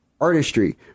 artistry